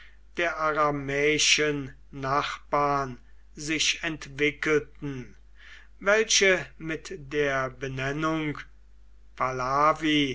der aramäischen nachbarn sich entwickelten welche mit der benennung